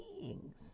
beings